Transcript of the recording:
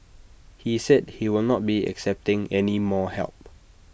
he said he will not be accepting any more help